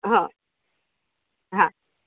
હં હા